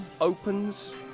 opens